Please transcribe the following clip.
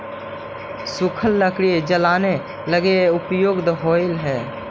सूखल लकड़ी जलावे लगी उपयुक्त होवऽ हई